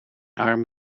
arm